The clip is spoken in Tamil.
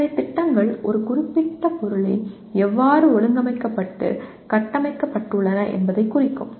எனவே திட்டங்கள் ஒரு குறிப்பிட்ட பொருள் எவ்வாறு ஒழுங்கமைக்கப்பட்டு கட்டமைக்கப்பட்டுள்ளன என்பதைக் குறிக்கும்